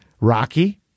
Rocky